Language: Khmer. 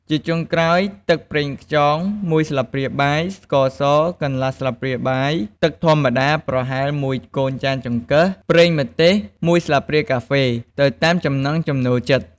ជាចុងក្រោយ ទឹកប្រេងខ្យង ១ ស្លាបព្រាបាយ ស្ករស កន្លះស្លាបព្រាបាយ ទឹកធម្មតាប្រហែល១ កូនចានចង្កឹះ ប្រេងម្ទេស ១ ស្លាបព្រាកាហ្វេ ទៅតាមចំណង់ចំណូលចិត្ត។